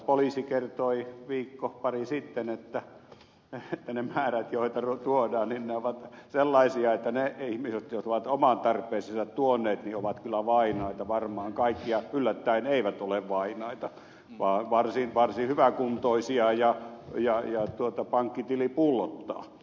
nimittäin poliisi kertoi viikko pari sitten että ne määrät joita tuodaan ovat sellaisia että ne ihmiset jotka ovat omaan tarpeeseensa tuoneet ovat kyllä vainaita varmaan kaikki mutta yllättäen he eivät ole vainaita vaan varsin hyväkuntoisia ja pankkitili pullottaa